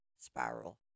spiral